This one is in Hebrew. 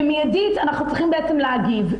במידית אנחנו צריכים להגיב.